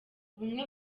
ubumwe